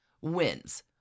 wins